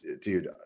dude